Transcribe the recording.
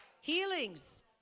Healings